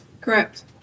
Correct